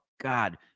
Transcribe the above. God